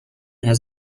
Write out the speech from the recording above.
has